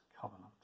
covenant